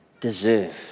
deserve